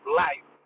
life